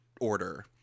order